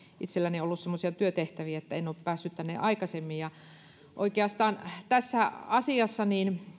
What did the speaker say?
itselläni on ollut semmoisia työtehtäviä että en ole päässyt tänne aikaisemmin oikeastaan tässä asiassa